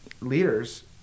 leaders